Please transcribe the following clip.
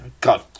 God